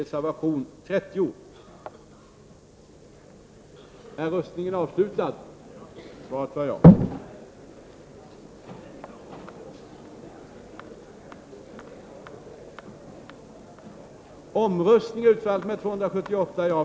Voteringarna äger rum i ett sammanhang efter avslutad debatt.